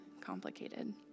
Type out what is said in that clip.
complicated